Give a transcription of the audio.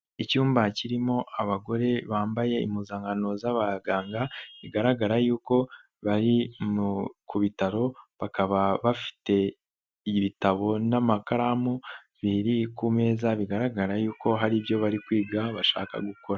Icyumba kirimo abagore bambaye impuzankano z'abaganga, bigaragara y'uko bari ku bitaro, bakaba bafite ibitabo n'amakaramu biri ku meza, bigaragara y'uko hari ibyo bari kwiga bashaka gukora.